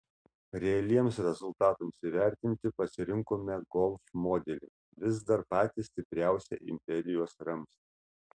realiems rezultatams įvertinti pasirinkome golf modelį vis dar patį stipriausią imperijos ramstį